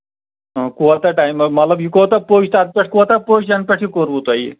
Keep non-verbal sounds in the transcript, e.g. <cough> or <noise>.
اۭں کوتاہ ٹایم <unintelligible> مطلب یہِ کوٗتاہ پٔچ تَنہٕ پٮ۪ٹھ کوتاہ پٔچ یَنہٕ پٮ۪ٹھ یہِ کوٚروٕ تۄہہِ